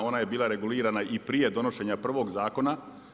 Ona je bila regulirana i prije donošenja prvog zakona.